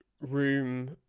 room